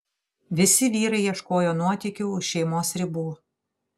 visi vyrai ieškojo nuotykių už šeimos ribų